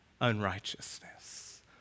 unrighteousness